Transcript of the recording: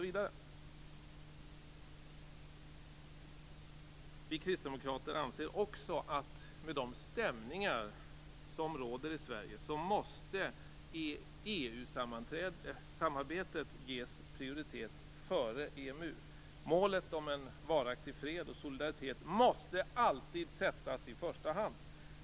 Vi kristdemokrater anser också att med de stämningar som råder i Sverige måste EU-samarbetet ges prioritet före EMU. Målet om en varaktig fred och om solidaritet måste alltid komma i första hand.